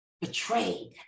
betrayed